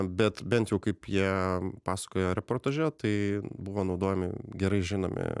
bet bent jau kaip jie pasakojo reportaže tai buvo naudojami gerai žinomi